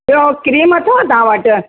ॿियो क्रीम अथव तव्हां वटि